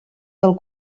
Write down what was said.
del